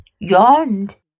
Yawned